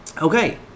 Okay